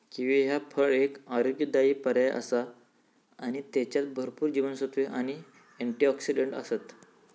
kiwi ह्या फळ एक आरोग्यदायी पर्याय आसा आणि त्येच्यात भरपूर जीवनसत्त्वे आणि अँटिऑक्सिडंट आसत